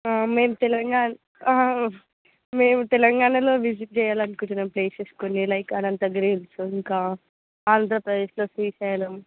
మేము తెలంగాణ మేంమేము తెలంగాణలో విజిట్ చేయాలనుకుంటున్నాం ప్లేసెస్ కొన్ని లైక్ అనంతగిరి హిల్స్ ఇంకా ఆంధ్రప్రదేశ్లో శ్రీశైలం